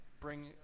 bring